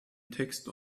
text